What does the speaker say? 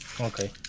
Okay